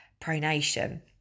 pronation